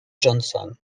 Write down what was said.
johnson